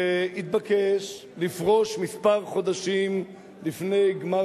שהתבקש לפרוש כמה חודשים לפני גמר